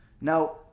Now